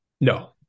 No